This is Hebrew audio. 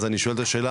אז אני אשאל את השאלה,